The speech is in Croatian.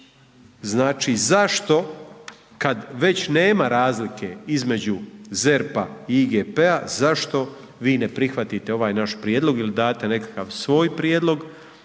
znači, zašto kad već nema razlike između ZERP-a i IGP-a zašto vi ne prihvatite ovaj naš prijedlog ili date nekakav svoj prijedlog,